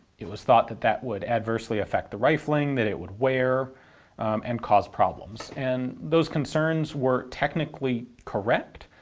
it was thought that that would adversely affect the rifling, that it would wear and cause problems. and those concerns were technically correct,